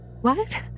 What